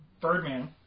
Birdman